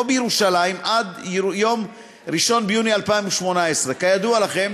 בירושלים עד יום 1 ביוני 2018. כידוע לכם,